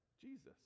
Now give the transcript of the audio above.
jesus